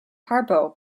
harpo